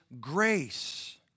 grace